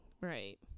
Right